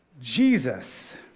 Jesus